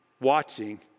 watching